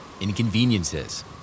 inconveniences